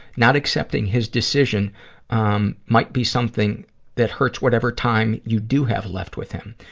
not accepting his decision um might be something that hurts whatever time you do have left with him.